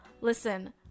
listen